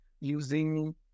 using